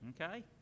okay